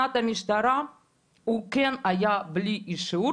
הוא כן היה בלי אישור,